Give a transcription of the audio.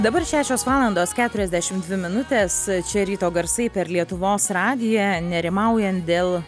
dabar šešios valandos keturiasdešimt dvi minutės čia ryto garsai per lietuvos radiją nerimaujant dėl